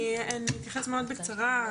אני אתייחס מאוד בקצרה,